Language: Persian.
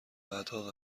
بعدها